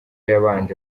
yabanje